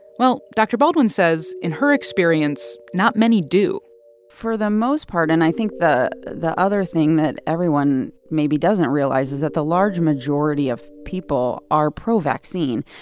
well, dr. baldwin says in her experience, not many do for the most part and i think the the other thing that everyone maybe doesn't realize is that the large majority of people are pro-vaccine.